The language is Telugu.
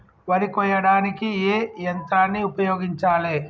వరి కొయ్యడానికి ఏ యంత్రాన్ని ఉపయోగించాలే?